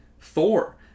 Thor